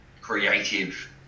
creative